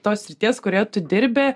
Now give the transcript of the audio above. tos srities kuria tu dirbi